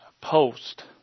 post